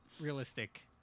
realistic